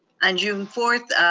on june fourth,